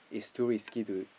it's too risky to